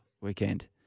weekend